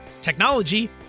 technology